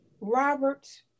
Robert